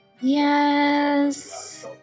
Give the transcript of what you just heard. Yes